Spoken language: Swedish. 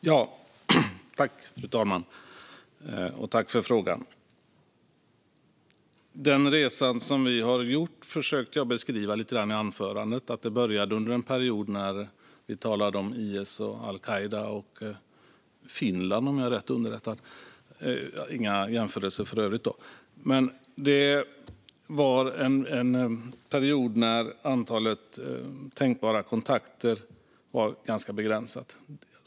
Fru talman! Ja, det är korrekt. Tack för frågan! Fru talman! Den resa som vi har gjort försökte jag beskriva i anförandet. Det började under en period då det talades om IS, al-Qaida och Finland, om jag är rätt underrättad - inga jämförelser i övrigt. Det var en period då antalet tänkbara kontakter var ganska begränsat.